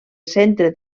centre